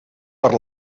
per